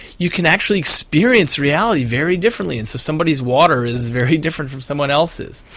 you can actually experience reality very differently, and so somebody's water is very different from someone else's.